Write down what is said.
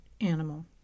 animal